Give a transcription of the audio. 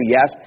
Yes